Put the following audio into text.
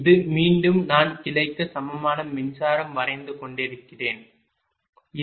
இது மீண்டும் நான் கிளைக்கு சமமான மின்சாரம் வரைந்து கொண்டிருக்கிறேன் 1